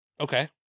Okay